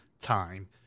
time